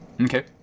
Okay